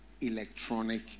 electronic